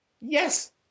Yes